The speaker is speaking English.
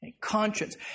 Conscience